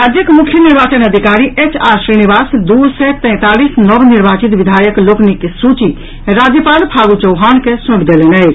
राज्यक मुख्य निर्वाचन अधिकारी एच आर श्रीनिवास दू सय तैंतालीस नवनिर्वाचित विधायक लोकनिक सूची राज्यपाल फागू चौहान के सौंपि दलनि अछि